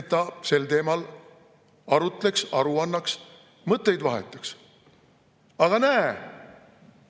et ta sel teemal arutleks, aru annaks, mõtteid vahetaks. Aga näe,